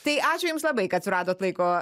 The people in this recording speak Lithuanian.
tai ačiū jums labai kad suradot laiko